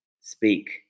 speak